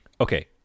okay